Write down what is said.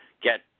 get